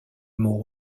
mot